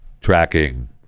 tracking